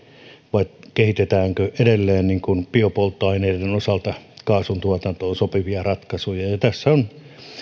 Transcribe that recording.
vai kehitetäänkö edelleen biopolttoaineiden osalta kaasuntuotantoon sopivia ratkaisuja tässä on